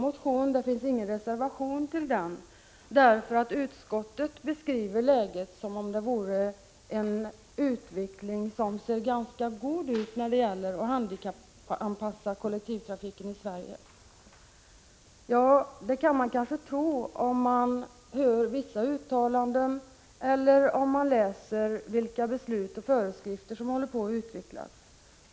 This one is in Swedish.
Någon reservation har inte avgivits i anslutning till den motionen, därför att utskottet beskriver saken som om det vore en ganska god utveckling när det gäller att handikappanpassa kollektivtrafiken i Sverige. Det kan man kanske tro om man lyssnar till vissa uttalanden eller om man läser om vilka beslut och föreskrifter som förbereds.